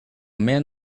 man